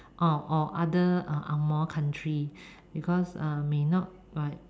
oh or other uh angmoh countries because uh may not like